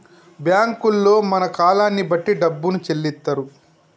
బ్యాంకుల్లో మన కాలాన్ని బట్టి డబ్బును చెల్లిత్తరు